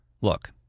Look